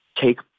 Take